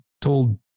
told